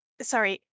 sorry